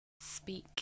speak